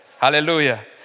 Hallelujah